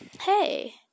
hey